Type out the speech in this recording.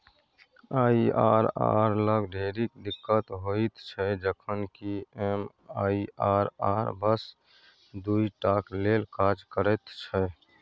IRR लग ढेरिक दिक्कत होइत छै जखन कि एम.आई.आर.आर बस दुइ टाक लेल काज करैत छै